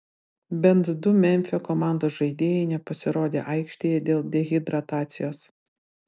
bent du memfio komandos žaidėjai nepasirodė aikštėje dėl dehidratacijos